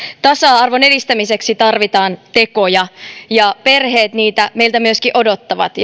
tasa arvon edistämiseksi tarvitaan tekoja ja perheet niitä meiltä myöskin odottavat